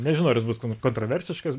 nežinau ar jis bus kontraversiškas